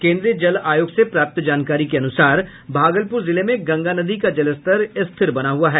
केन्द्रीय जल आयोग से प्राप्त जानकारी के अनुसार भागलपुर जिले में गंगा नदी का जलस्तर स्थिर बना हुआ है